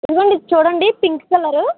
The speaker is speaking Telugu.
ఇదిగో అండి ఇది చూడండి పింక్ కలర్